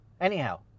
Anyhow